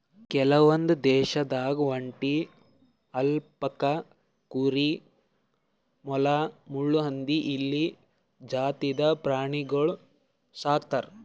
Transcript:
ಕೆಲವೊಂದ್ ದೇಶದಾಗ್ ಒಂಟಿ, ಅಲ್ಪಕಾ ಕುರಿ, ಮೊಲ, ಮುಳ್ಳುಹಂದಿ, ಇಲಿ ಜಾತಿದ್ ಪ್ರಾಣಿಗೊಳ್ ಸಾಕ್ತರ್